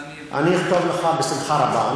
אני אכתוב לך בשמחה רבה.